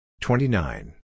twenty-nine